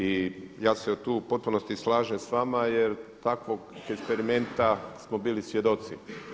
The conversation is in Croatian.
I ja se tu u potpunosti slažem s vama jer takvog eksperimenta smo bili svjedoci.